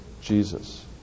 Jesus